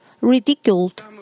ridiculed